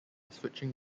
switching